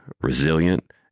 resilient